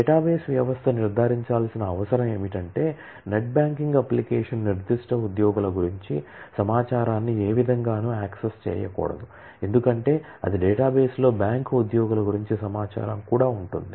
database వ్యవస్థ నిర్ధారించాల్సిన అవసరం ఏమిటంటే నెట్ బ్యాంకింగ్ అప్లికేషన్ నిర్దిష్ట ఉద్యోగుల గురించి సమాచారాన్ని ఏ విధంగానూ యాక్సెస్ చేయకూడదు ఎందుకంటే అదే డేటాబేస్లో బ్యాంక్ ఉద్యోగుల గురించి సమాచారం కూడా ఉంటుంది